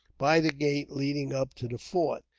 by the gate leading up to the fort.